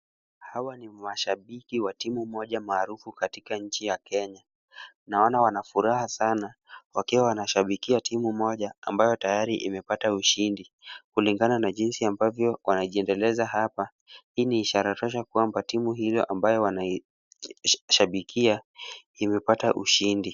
Hawa ni mashabiki wa timu moja maarufu katika nchi ya Kenya. Naona wana furaha sana, wakiwa wanashabikia timu moja ambayo tayari imepata ushindi. Kulingana na jinsi ambavyo wanajiendeleza hapa. Hii ni ishara tosha kuwa timu hiyo ambayo wanaishabikia imepata ushindi.